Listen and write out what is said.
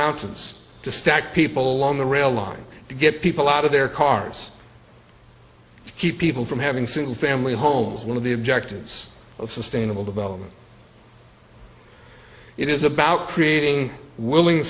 mountains to stack people along the rail lines to get people out of their cars to keep people from having single family homes one of the objectives of sustainable development it is about creating willing